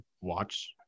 watch